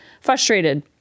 frustrated